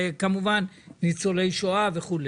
כמובן ניצולי שואה וכו',